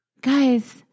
guys